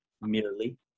merely